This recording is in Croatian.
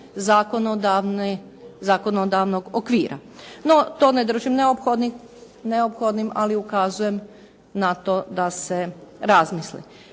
zakonodavnog okvira. No, to ne držim neophodnim, ali ukazujem na to da se razmisli.